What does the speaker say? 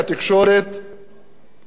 הוא מאוד שונה,